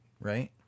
right